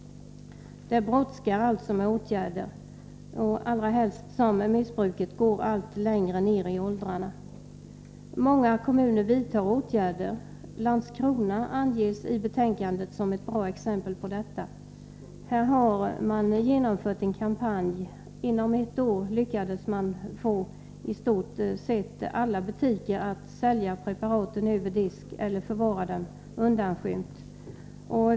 Det brådskar alltså med åtgärder, framför allt eftersom missbruket går allt längre ner i åldrarna. Många kommuner vidtar åtgärder. Landskrona anges i betänkandet som ett bra exempel på detta, och man nämner den kampanj som kommunen genomfört. Inom ett år lyckades kommunen få i stort sett alla butiker att sälja preparaten över disk eller förvara dem undanskymt.